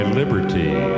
liberty